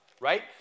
right